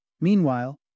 Meanwhile